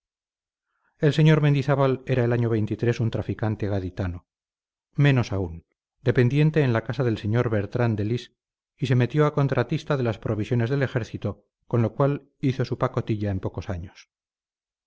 el sr mendizábal era el año un traficante gaditano menos aún dependiente en la casa del sr bertrán de lis y se metió a contratista de las provisiones del ejército con lo cual hizo su pacotilla en pocos años